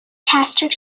castor